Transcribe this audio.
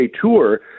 Tour